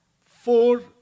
four